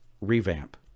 revamp